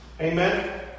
Amen